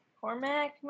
cormac